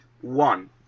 One